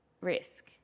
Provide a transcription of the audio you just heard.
risk